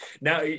now